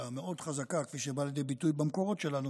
המאוד-חזקה כפי שבאה לידי ביטוי במקורות שלנו